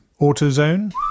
AutoZone